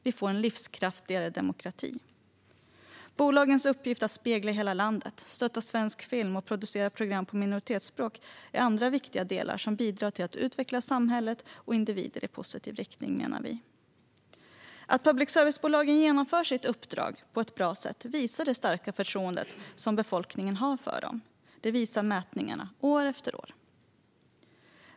Vi får en livskraftigare demokrati. Bolagens uppgift att spegla hela landet, stötta svensk film och producera program på minoritetsspråk är andra viktiga delar som bidrar till att utveckla samhället och individer i positiv riktning, menar vi. Att public service-bolagen genomför sitt uppdrag på ett bra sätt visar det starka förtroende befolkningen har för dem. Det visar mätningarna år efter år.